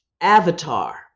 avatar